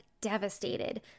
devastated